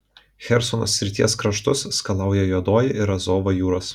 chersono srities kraštus skalauja juodoji ir azovo jūros